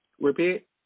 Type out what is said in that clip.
Repeat